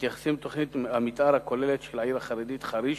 מתייחסים לתוכנית המיתאר הכוללת של העיר החרדית חריש,